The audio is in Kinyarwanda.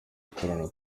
gukorana